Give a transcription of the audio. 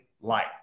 life